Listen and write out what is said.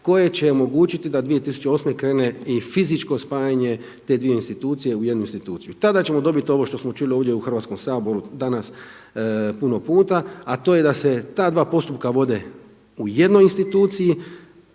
koje će omogućiti da 2008. krene i fizičko spajanje te dvije institucije u jednu instituciju. Tada ćemo dobiti ovo što smo čuli ovdje u Hrvatskom saboru danas puno puta, a to je da se ta dva postupka vode u jednoj instituciji